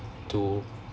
to